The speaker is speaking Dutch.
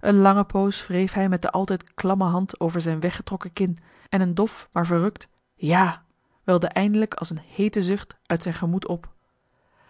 een lange poos wreef hij met de altijd klamme hand over zijn weggetrokken kin en een dof maar verrukt ja welde eindelijk als een heete zucht uit zijn gemoed op